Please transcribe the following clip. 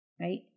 right